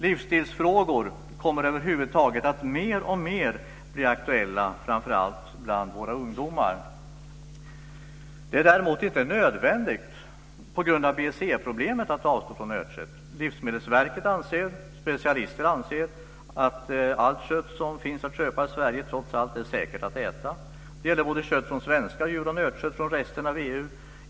Livsstilsfrågor över huvud taget kommer att bli alltmer aktuella, framför allt bland våra ungdomar. Det är däremot inte nödvändigt att avstå från nötkött på grund av BSE-problemet. Livsmedelsverket och specialister anser att allt kött som finns att köpa i Sverige trots allt är säkert att äta. Det gäller både kött från svenska djur och nötkött från resten av EU.